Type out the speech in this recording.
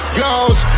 goes